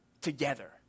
together